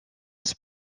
was